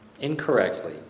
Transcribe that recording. incorrectly